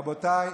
רבותיי,